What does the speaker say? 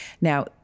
Now